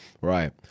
Right